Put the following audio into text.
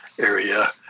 area